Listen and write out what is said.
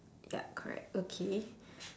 yup correct okay